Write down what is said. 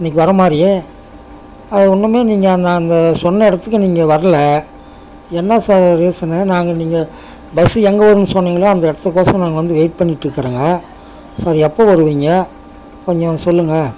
இன்னக்கு வரமாதிரி அது ஒன்றுமே நீங்கள் நான் அந்த சொன்ன இடத்துக்கு நீங்கள் வரல என்ன சார் ரீசன்னு நாங்கள் நீங்கள் பஸ்ஸு எங்கே வரும்ன்னு சொன்னீங்களோ அந்த இடத்துக்கோசரம் நாங்கள் வந்து வெயிட் பண்ணிட்டு இருக்கிறேங்க சார் எப்போ வருவீங்க கொஞ்சம் சொல்லுங்கள்